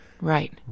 Right